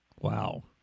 Wow